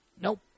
Nope